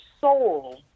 soul